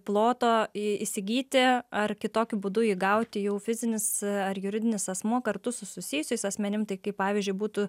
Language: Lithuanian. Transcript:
ploto i įsigyti ar kitokiu būdu jį gauti jau fizinis ar juridinis asmuo kartu su susijusiais asmenim tai kaip pavyzdžiui būtų